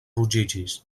ruĝiĝis